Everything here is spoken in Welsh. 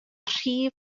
rhif